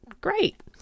great